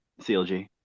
CLG